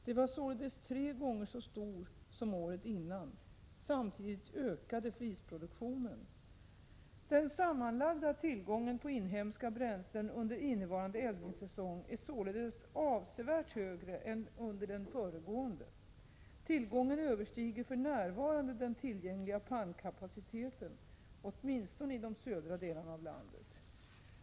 Den var således tre gånger så stor som året innan. Samtidigt ökade flisproduktionen. Den sammanlagda tillgången på inhemska bränslen under innevarande eldningssäsong är således avsevärt större än under den föregående. Tillgången överstiger för närvarande den tillgängliga pannkapaciteten, åtminstone i de södra delarna av landet.